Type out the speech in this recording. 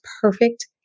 perfect